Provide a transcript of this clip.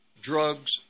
Drugs